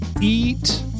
Eat